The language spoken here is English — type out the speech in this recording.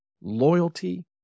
loyalty